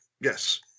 yes